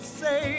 say